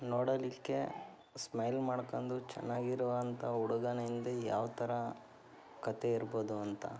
ನೋಡಲಿಕ್ಕೆ ಸ್ಮೈಲ್ ಮಾಡ್ಕೊಂಡು ಚೆನ್ನಾಗಿರುವಂಥ ಹುಡುಗನ ಹಿಂದೆ ಯಾವ ಥರ ಕಥೆ ಇರ್ಬೋದು ಅಂತ